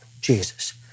Jesus